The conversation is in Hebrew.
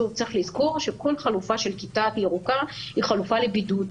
צריך לזכור שכל חלופה של כיתה ירוקה היא חלופה לבידוד,